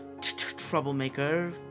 troublemaker